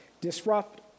disrupt